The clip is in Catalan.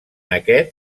aquest